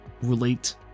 relate